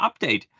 update